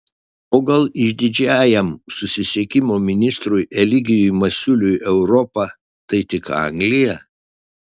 o gal išdidžiajam susisiekimo ministrui eligijui masiuliui europa tai tik anglija